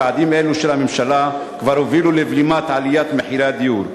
צעדים אלו של הממשלה כבר הובילו לבלימת עליית מחירי הדיור.